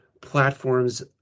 platforms